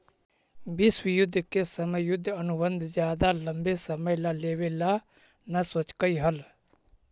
विश्व युद्ध के समय युद्ध अनुबंध ज्यादा लंबे समय ला लेवे ला न सोचकई हल